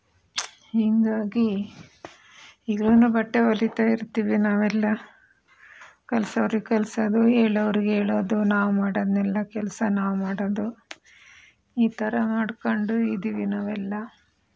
ಹೀಗಾಗಿ ಈಗಲೂನು ಬಟ್ಟೆ ಹೊಲಿತಾ ಇರ್ತೀವಿ ನಾವೆಲ್ಲ ಕಲ್ಸೋರಿಗೆ ಕಲಿಸೋದು ಹೇಳೋರಿಗೆ ಹೇಳೋದು ನಾವು ಮಾಡೋದ್ನೆಲ್ಲ ಕೆಲಸ ನಾವು ಮಾಡೋದು ಈ ಥರ ಮಾಡಿಕೊಂಡು ಇದ್ದೀವಿ ನಾವೆಲ್ಲ